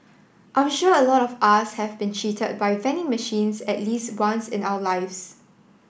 I'm sure a lot of us have been cheated by vending machines at least once in our lives